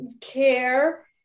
care